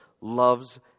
loves